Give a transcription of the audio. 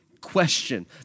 question